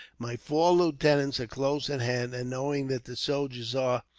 my four lieutenants are close at hand, and knowing that the soldiers are,